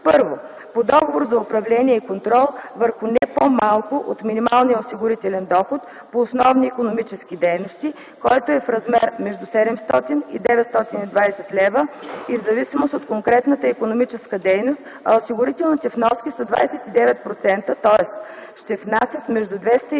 първо, по договор за управление и контрол – върху не по-малко от минималния осигурителен доход по основни икономически дейности, който е в размер между 700 - 920 лв., в зависимост от конкретната икономическа дейност, а осигурителните вноски са 29%, тоест ще внасят между 203 - 266,80 лв.